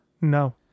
No